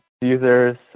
users